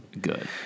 good